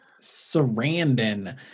sarandon